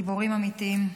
גיבורים אמיתיים.